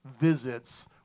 visits